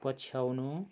पछ्याउनु